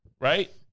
right